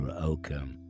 Outcome